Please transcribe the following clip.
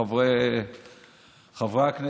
חברי הכנסת,